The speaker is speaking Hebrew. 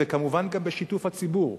וכמובן גם בשיתוף הציבור.